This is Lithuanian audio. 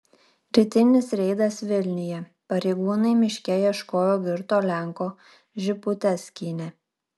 rytinis reidas vilniuje pareigūnai miške ieškoję girto lenko žibutes skynė